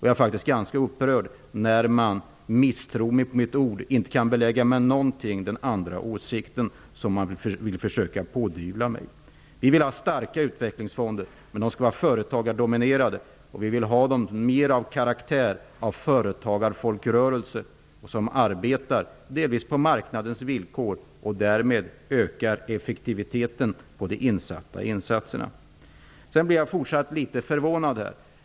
Jag blir faktiskt ganska upprörd när man misstror mig på mitt ord och när man inte med någonting kan belägga den andra åsikten som man vill försöka pådyvla mig. Vi vill ha starka utvecklingsfonder, men de skall vara företagardominerade. De skall ha mera karaktär av företagarfolkrörelse som arbetar delvis på marknadens villkor. Därmed ökar effektiviteten på de insatta medlen. Sedan blir jag litet förvånad.